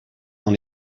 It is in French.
dans